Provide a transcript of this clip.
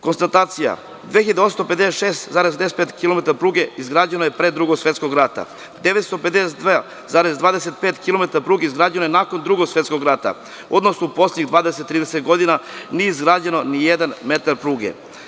Konstatacija, 2856,95 kilometara pruge izgrađeno je pre Drugog svetskog rata, 952,25 kilometara izgrađeno je nakon Drugog svetskog rata, odnosno u poslednjih 20-30 godina nije izgrađen ni jedan metar pruge.